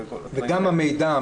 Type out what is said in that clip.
וגם המידע.